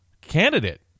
candidate